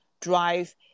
drive